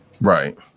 Right